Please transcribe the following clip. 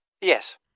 Yes